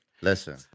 Listen